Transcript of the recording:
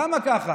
למה ככה?